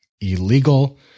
illegal